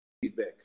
feedback